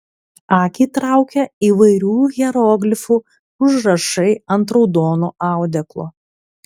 akį traukia įvairių hieroglifų užrašai ant raudono audeklo